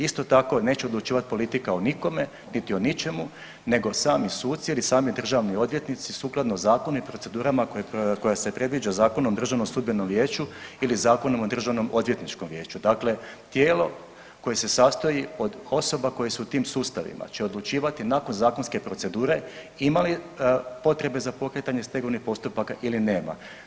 Isto tako neće odlučivat politika o nikome niti o ničemu nego sami suci jer i sami državni odvjetnici sukladno zakonu i procedurama koja se predviđa Zakonom o DSV-u ili Zakonom o državnom odvjetničkom vijeću, dakle tijelo koje se sastoji od osoba koje su u tim sustavima će odlučivati nakon zakonske procedure ima li potrebe za pokretanje stegovnih postupaka ili nema.